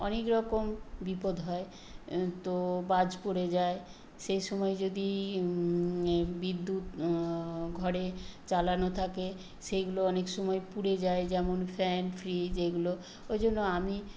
অনেক রকম বিপদ হয় তো বাজ পড়ে যায় সেই সময় যদি এ বিদ্যুৎ ঘরে চালানো থাকে সেইগুলো অনেক সময় পুড়ে যায় যেমন ফ্যান ফ্রিজ এইগুলো ওই জন্য আমি